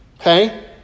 Okay